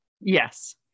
Yes